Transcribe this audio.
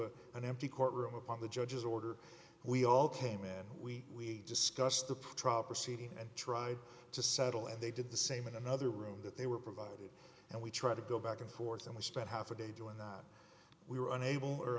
an empty courtroom upon the judge's order we all came in we discussed the pretrial proceedings and tried to settle and they did the same in another room that they were provided and we tried to go back and forth and we spent half a day doing that we were unable or